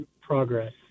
progress